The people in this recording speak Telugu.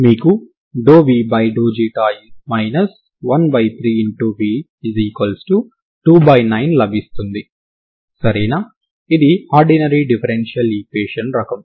ఇది మీ x మరియు ఇది మీ t మరియు డొమైన్ 0 నుండి ∞ వరకు ఇవ్వబడింది